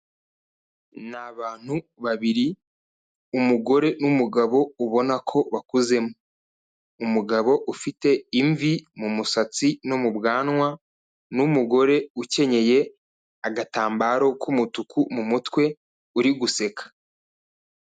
Ni abantu babiri umugore n'umugabo ubona ko bakuzemo, umugabo ufite imvi mu musatsi no mu bwanwa n'umugore ukenye agatambaro k'umutuku mu mutwe uri guseka.